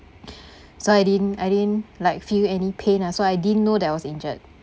so I didn't I didn't like feel any pain ah so I didn't know that I was injured